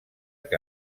que